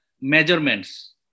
measurements